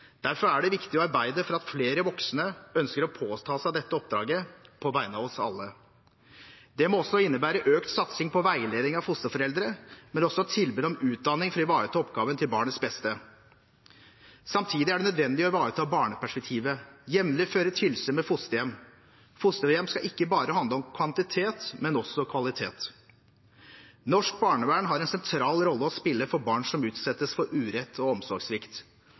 Derfor er det viktig å arbeide for at flere voksne ønsker å påta seg dette oppdraget på vegne av oss alle. Det må også innebære økt satsing på veiledning av fosterforeldre, men også tilbud om utdanning for å ivareta oppgaven til barnets beste. Samtidig er det nødvendig å ivareta barneperspektivet og jevnlig føre tilsyn med fosterhjem. Fosterhjem skal ikke bare handle om kvantitet, men også om kvalitet. Norsk barnevern har en sentral rolle å spille for barn som utsettes for urett og omsorgssvikt.